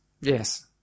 yes